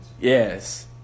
yes